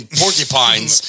porcupines